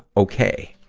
okay.